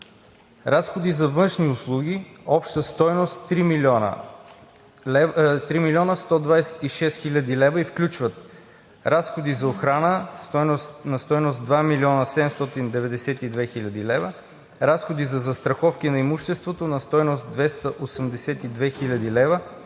Разходи за външни услуги на обща стойност 3 млн. 126 хил. лв. и включват: разходи за охрана на стойност 2 млн. 792 хил. лв., разходи за застраховки на имуществото на стойност 282 хил. лв.,